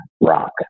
rock